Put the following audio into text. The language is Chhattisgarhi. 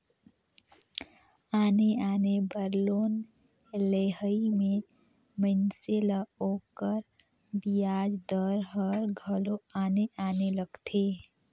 आने आने बर लोन लेहई में मइनसे ल ओकर बियाज दर हर घलो आने आने लगथे